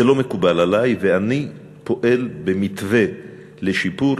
זה לא מקובל עלי, ואני פועל במתווה לשיפור.